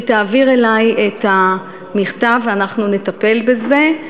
שתעביר אלי את המכתב ואנחנו נטפל בזה.